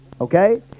Okay